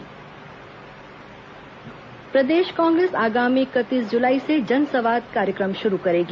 कांग्रेस बैठक प्रदेश कांग्रेस आगामी इकतीस जुलाई से जन संवाद कार्यक्रम शुरू करेगी